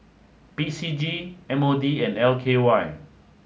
P C G M O D and L K Y